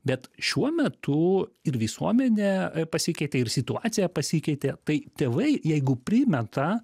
bet šiuo metu ir visuomenė pasikeitė ir situacija pasikeitė tai tėvai jeigu primeta